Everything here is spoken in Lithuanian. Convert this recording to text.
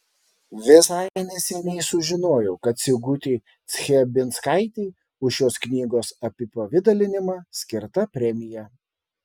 visai neseniai sužinojau kad sigutei chlebinskaitei už šios knygos apipavidalinimą skirta premija